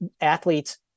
athletes